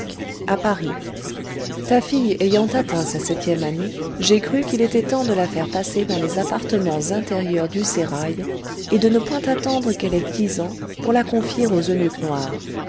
à paris t a fille ayant atteint sa septième année j'ai cru qu'il étoit temps de la faire passer dans les appartements intérieurs du sérail et de ne point attendre qu'elle ait dix ans pour la confier aux eunuques noirs